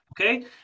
Okay